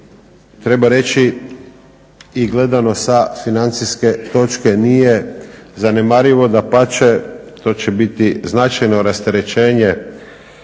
treba reći i gledano sa financijske točke nije zanemarivo, dapače to će biti značajno rasterećenje